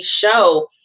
show